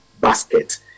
basket